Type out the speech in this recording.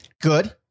Good